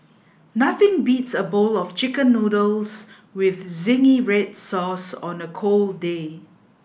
nothing beats a bowl of chicken noodles with zingy red sauce on a cold day